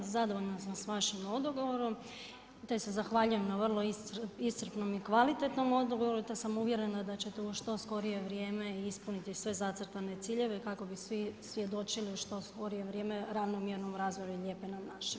Zadovoljna sam sa vašim odgovorom te se zahvaljujem na vrlo iscrpnom i kvalitetnom odgovoru te sam uvjerena da ćete u što skorije vrijeme ispuniti sve zacrtane ciljeve kako bi svi svjedočili u što skorije vrijeme ravnomjernom razvoju Lijepe nam naše.